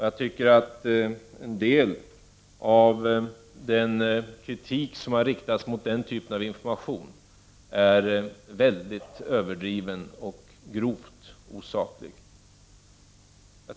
Jag tycker att en del av den kritik som har riktats mot den typen av information är överdriven och grovt osaklig.